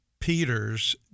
Peters